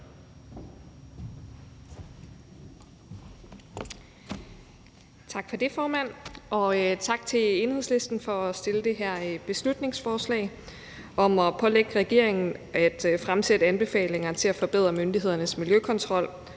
Tak for det, formand, og tak til Enhedslisten for at fremsætte det her beslutningsforslag om at pålægge regeringen at fremsætte anbefalinger til at forbedre myndighedernes miljøkontrol,